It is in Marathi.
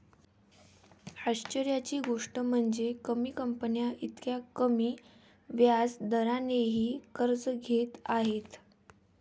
आश्चर्याची गोष्ट म्हणजे, कमी कंपन्या इतक्या कमी व्याज दरानेही कर्ज घेत आहेत